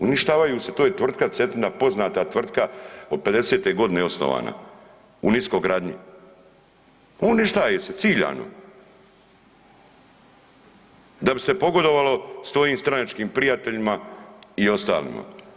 Uništavaju su, to je tvrtka Cetina poznata tvrtka od '50. godine je osnovana u niskogradnji, uništaje se ciljano da bi se pogodovalo svojim stranačkim prijateljima i ostalima.